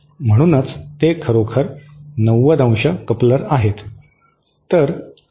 म्हणूनच ते खरोखर 90° कपलर आहेत